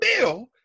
bill